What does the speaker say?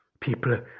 people